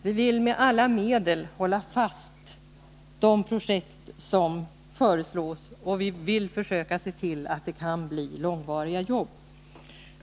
Vi vill med alla medel hålla fast de projekt som föreslås och försöka se till att de blir långvariga jobb.